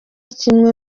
kimwe